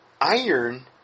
Iron